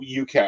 UK